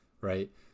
right